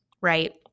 right